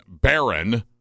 baron